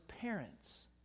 parents